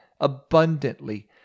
abundantly